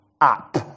up